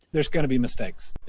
there is going to be mistakes.